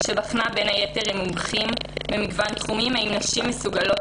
שבחנה עם מומחים במגוון תחומים בין היתר האם נשים מסוגלות